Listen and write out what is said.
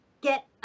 get